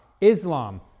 Islam